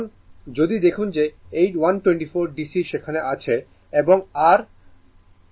কারণ যদি দেখুন যে এই 124 DC সেখানে আছে এবং r R 20 ohm হয়